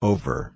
Over